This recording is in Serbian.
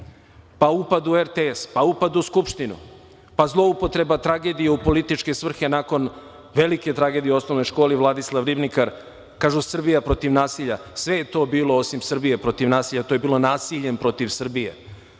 upad u RTS, upad u Skupštinu, zloupotreba tragedije u političke svrhe nakon velike tragedije u osnovnoj školi "Vladislav Ribnikar". Kažu - Srbija protiv nasilja. Sve je to bilo osim "Srbija protiv nasilja", to je bilo nasiljem protiv Srbije.